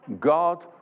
God